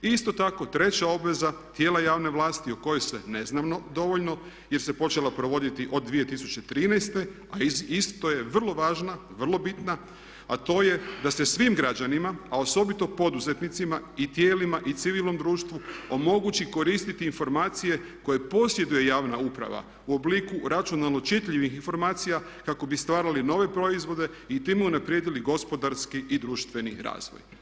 Treća obveza tijela javne vlasti o kojoj se ne zna dovoljno jer se počela provoditi od 2013. a isto je vrlo važna i vrlo bitna a to je da se svim građanima, a osobito poduzetnicima i tijelima i civilnom društvu omogući koristiti informacije koje posjeduje javna uprava u obliku računalno čitljivih informacija kako bi stvarali nove proizvode i time unaprijedili gospodarski i društveni razvoj.